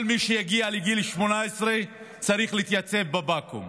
כל מי שיגיע לגיל 18 צריך להתייצב בבקו"ם